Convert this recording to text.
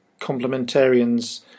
complementarians